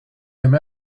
him